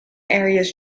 areas